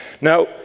Now